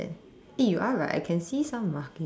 eh you are right I can see some markings